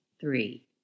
three